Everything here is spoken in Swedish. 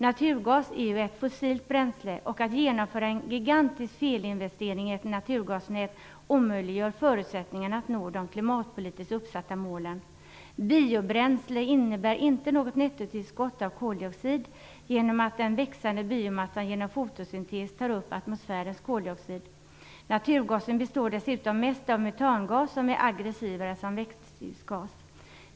Naturgas är ju ett fossilt bränsle, och att genomföra en gigantisk felinvestering i ett naturgasnät omöjliggör förutsättningarna att nå de klimatpolitiskt uppsatta målen. Biobränslen innebär inte något nettotillskott av koldioxid genom att den växande biomassan genom fotosyntes tar upp atmosfärens koldioxid. Naturgasen består dessutom mest av metangas som är aggressivare som växthusgas.